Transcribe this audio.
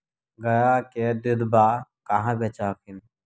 गया के दूधबा कहाँ बेच हखिन?